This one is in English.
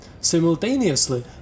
Simultaneously